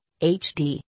HD